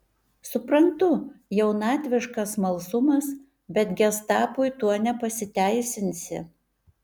suprantu jaunatviškas smalsumas bet gestapui tuo nepasiteisinsi